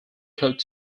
coat